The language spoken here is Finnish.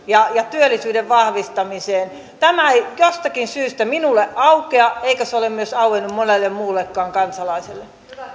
ja työllisyyden vahvistamiseen tämä ei jostakin syystä minulle aukea eikä se ole myöskään auennut monelle muullekaan kansalaiselle